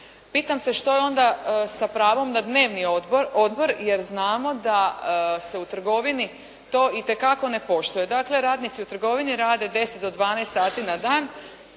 pitam se što je onda sa pravom na dnevni odmor, jer znamo da se u trgovini to itekako ne poštuje. Dakle, radnici u trgovini rade 10 do 12 sati na dan,